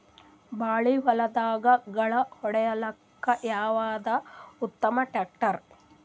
ಬಾಳಿ ಹೊಲದಾಗ ಗಳ್ಯಾ ಹೊಡಿಲಾಕ್ಕ ಯಾವದ ಉತ್ತಮ ಟ್ಯಾಕ್ಟರ್?